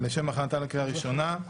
לשם הכנתה לקריאה ראשונה.